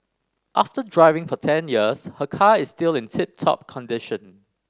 after driving for ten years her car is still in tip top condition